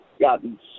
gotten